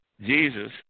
Jesus